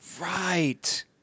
Right